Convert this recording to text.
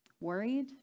worried